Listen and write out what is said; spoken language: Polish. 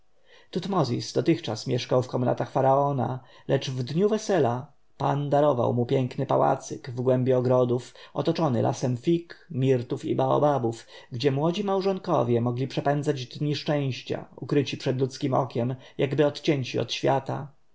tutmozis dotychczas mieszkał w komnatach faraona lecz w dniu wesela pan darował mu piękny pałacyk w głębi ogrodów otoczony lasem fig mirtów i baobabów gdzie młodzi małżonkowie mogli przepędzać dni szczęścia ukryci przed ludzkiem okiem jakby odcięci od świata